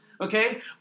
Okay